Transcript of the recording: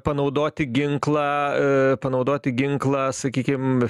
panaudoti ginklą panaudoti ginklą sakykim